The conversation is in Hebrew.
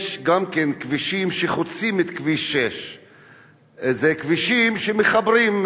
יש גם כבישים שחוצים את כביש 6. זה כבישים שמחברים,